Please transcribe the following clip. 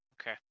Okay